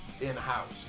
in-house